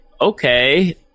okay